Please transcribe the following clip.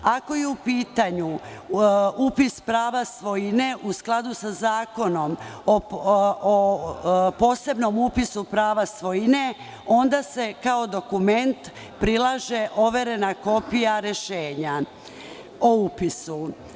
Ako je u pitanju upis prava svojine u skladu sa zakonom o posebnom upisu prava svojine, onda se kao dokument prilaže overena kopija rešenja o upisu.